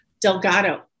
Delgado